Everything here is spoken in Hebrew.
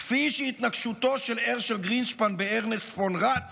כפי שהתנקשותו של הרשל גרינשפן בארנסט פום ראט